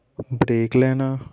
break ਲੈਣਾ